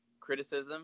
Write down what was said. criticism